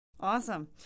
Awesome